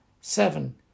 Seven